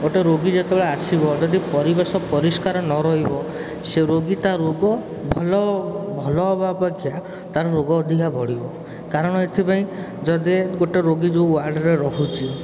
ଗୋଟେ ରୋଗୀ ଯେତେବେଳେ ଆସିବ ଯଦି ପରିବେଶ ପରିଷ୍କାର ନରହିବ ସେ ରୋଗୀ ତା' ରୋଗ ଭଲ ଭଲ ହେବା ଅପେକ୍ଷା ତାର ରୋଗ ଅଧିକା ବଢ଼ିବ କାରଣ ଏଥିପାଇଁ ଯଦି ଗୋଟେ ରୋଗୀ ଯେଉଁ ୱାର୍ଡ଼ରେ ରହୁଛି